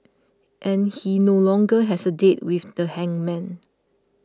and he no longer has a date with the hangman